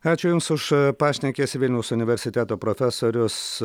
ačiū jums už pašnekesį vilniaus universiteto profesorius